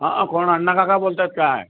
हा कोण अण्णाकाका बोलत आहेत काय